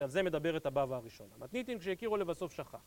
אז זה מדבר את הבא והראשון, המתניתים, כשיקירו לבסוף שחר.